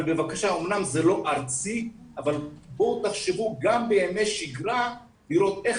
אמנם זה לא ארצי אבל בואו תחשבו גם בימי שגרה לראות איך